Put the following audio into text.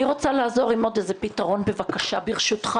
אני רוצה לעזור עם עוד פתרון, בבקשה, ברשותך.